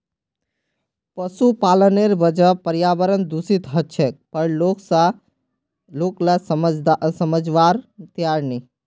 पशुपालनेर वजह पर्यावरण दूषित ह छेक पर लोग ला समझवार तैयार नी